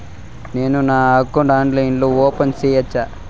నేను నా అకౌంట్ ని ఆన్లైన్ లో ఓపెన్ సేయొచ్చా?